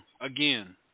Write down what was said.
again